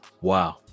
Wow